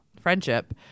friendship